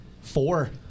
Four